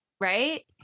right